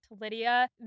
Lydia